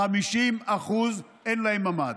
50% אין להם ממ"ד,